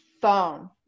phone